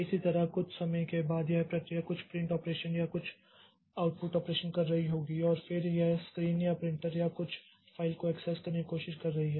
इसी तरह कुछ समय के बाद यह प्रक्रिया कुछ प्रिंट ऑपरेशन या कुछ आउटपुट ऑपरेशन कर रही होगी और फिर यह स्क्रीन या प्रिंटर या कुछ फ़ाइल को एक्सेस करने की कोशिश कर रही है